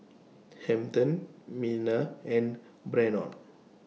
Hampton Minna and Brannon